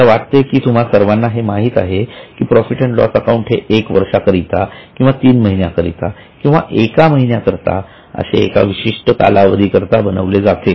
मला वाटते की तुम्हा सर्वांना हे माहीत आहे की प्रॉफिट अँड लॉस अकाउंट हे एका वर्षाकरिता किंवा तीन महिन्याकरिता किंवा एक महिन्याकरिता असे एका विशिष्ट अवधी करता बनवले जाते